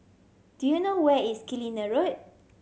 do you know where is Killiney Road